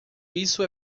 isso